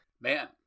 Man